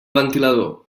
ventilador